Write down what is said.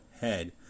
Head